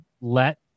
let